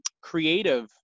creative